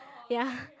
ya